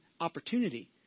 opportunity